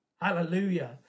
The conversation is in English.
Hallelujah